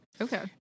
Okay